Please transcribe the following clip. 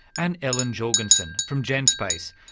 and ellen jorgensen from genspace,